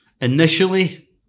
Initially